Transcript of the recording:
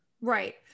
right